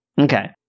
Okay